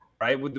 right